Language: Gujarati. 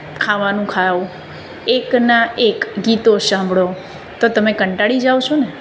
ખાવાનું ખાઓ એકના એક ગીતો સાંભળો તો તમે કંટાળી જાઓ છોને